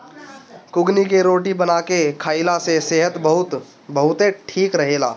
कुगनी के रोटी बना के खाईला से सेहत बहुते ठीक रहेला